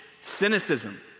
cynicism